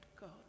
God